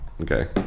Okay